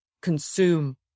consume